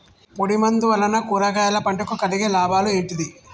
పొడిమందు వలన కూరగాయల పంటకు కలిగే లాభాలు ఏంటిది?